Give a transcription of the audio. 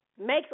makes